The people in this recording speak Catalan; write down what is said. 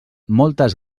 moltes